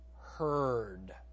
heard